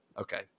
Okay